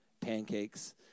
pancakes